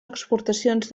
exportacions